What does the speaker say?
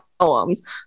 poems